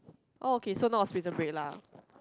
oh okay so not a Prison Break lah